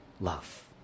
love